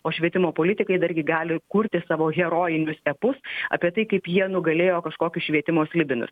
o švietimo politikai dargi gali kurti savo herojinius epus apie tai kaip jie nugalėjo kažkokius švietimo slibinus